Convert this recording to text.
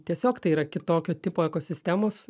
tiesiog tai yra kitokio tipo ekosistemos